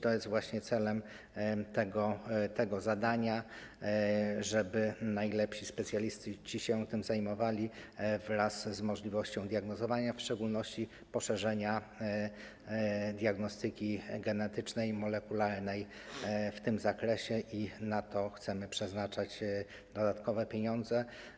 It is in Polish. To jest właśnie celem tego zadania, żeby najlepsi specjaliści się tym zajmowali wraz z możliwością diagnozowania, w szczególności poszerzenia diagnostyki genetycznej, molekularnej w tym zakresie - i na to chcemy przeznaczać dodatkowe pieniądze.